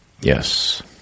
Yes